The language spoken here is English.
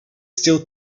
still